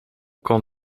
kon